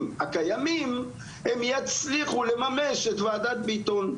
הקיימים הם יצליחו לממש את וועדת ביטון,